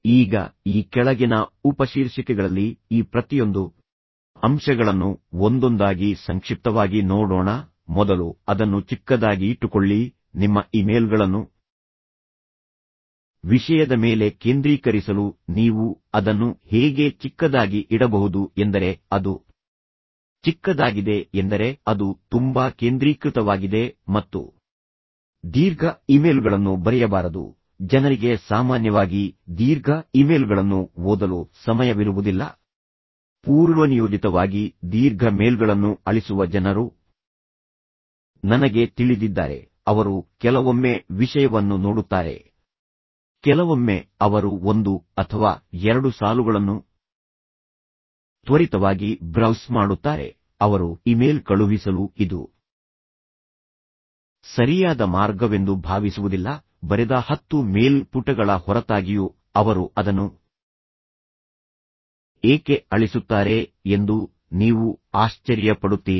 ಈಗ ಈ ಕೆಳಗಿನ ಉಪಶೀರ್ಷಿಕೆಗಳಲ್ಲಿ ಈ ಪ್ರತಿಯೊಂದು ಅಂಶಗಳನ್ನು ಒಂದೊಂದಾಗಿ ಸಂಕ್ಷಿಪ್ತವಾಗಿ ನೋಡೋಣ ಮೊದಲು ಅದನ್ನು ಚಿಕ್ಕದಾಗಿ ಇಟ್ಟುಕೊಳ್ಳಿ ನಿಮ್ಮ ಇಮೇಲ್ಗಳನ್ನು ವಿಷಯದ ಮೇಲೆ ಕೇಂದ್ರೀಕರಿಸಲು ನೀವು ಅದನ್ನು ಹೇಗೆ ಚಿಕ್ಕದಾಗಿ ಇಡಬಹುದು ಎಂದರೆ ಅದು ಚಿಕ್ಕದಾಗಿದೆ ಎಂದರೆ ಅದು ತುಂಬಾ ಕೇಂದ್ರೀಕೃತವಾಗಿದೆ ಮತ್ತು ದೀರ್ಘ ಇಮೇಲ್ಗಳನ್ನು ಬರೆಯಬಾರದು ಜನರಿಗೆ ಸಾಮಾನ್ಯವಾಗಿ ದೀರ್ಘ ಇಮೇಲ್ಗಳನ್ನು ಓದಲು ಸಮಯವಿರುವುದಿಲ್ಲ ಪೂರ್ವನಿಯೋಜಿತವಾಗಿ ದೀರ್ಘ ಮೇಲ್ಗಳನ್ನು ಅಳಿಸುವ ಜನರು ನನಗೆ ತಿಳಿದಿದ್ದಾರೆ ಅವರು ಕೆಲವೊಮ್ಮೆ ವಿಷಯವನ್ನು ನೋಡುತ್ತಾರೆ ಕೆಲವೊಮ್ಮೆ ಅವರು ಒಂದು ಅಥವಾ ಎರಡು ಸಾಲುಗಳನ್ನು ತ್ವರಿತವಾಗಿ ಬ್ರೌಸ್ ಮಾಡುತ್ತಾರೆ ಅವರು ಇಮೇಲ್ ಕಳುಹಿಸಲು ಇದು ಸರಿಯಾದ ಮಾರ್ಗವೆಂದು ಭಾವಿಸುವುದಿಲ್ಲ ಬರೆದ ಹತ್ತು ಮೇಲ್ ಪುಟಗಳ ಹೊರತಾಗಿಯೂ ಅವರು ಅದನ್ನು ಏಕೆ ಅಳಿಸುತ್ತಾರೆ ಎಂದು ನೀವು ಆಶ್ಚರ್ಯ ಪಡುತ್ತೀರಿ